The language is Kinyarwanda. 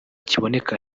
kiboneka